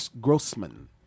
Grossman